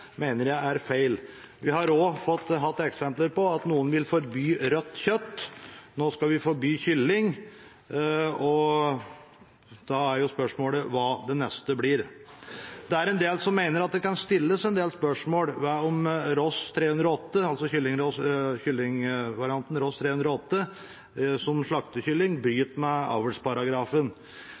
mener jeg er feil. Vi har også hatt eksempler på at noen vil forby rødt kjøtt. Nå skal vi forby kylling. Da er spørsmålet hva det neste blir. Det er en del som mener at det kan stilles en del spørsmål ved om Ross 308, altså kyllingvarianten Ross 308 som slaktekylling, bryter med